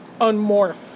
Unmorph